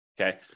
Okay